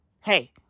hey